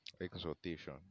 exhortation